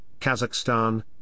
Kazakhstan